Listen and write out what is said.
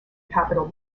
capital